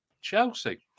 Chelsea